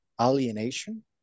alienation